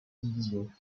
division